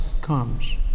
comes